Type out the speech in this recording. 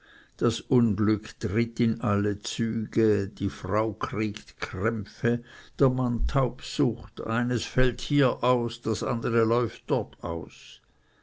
das unglück trittet in alle züge die frau kriegt krämpfe der mann taubsucht eins fällt hier aus das andere läuft dort aus